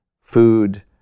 food